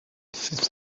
fifth